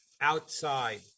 outside